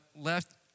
left